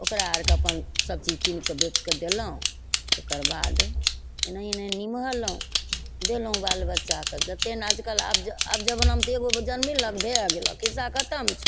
ओकरा आओरके अपन सबचीज किनिके बेचिके देलहुँ तकर बाद एनाहिए एनाहिए निमहलहुँ देलहुँ लाब बच्चाके जतेक ने आजकल आब आब जमानामे तऽ एगोके जनमेलक भै गेलऽ खिस्सा खतम छऽ